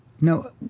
No